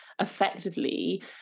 effectively